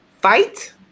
fight